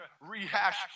rehash